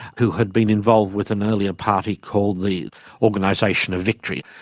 who had been involved with an earlier party called the organisation of victory.